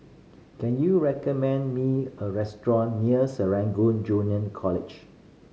can you recommend me a restaurant near Serangoon Junior College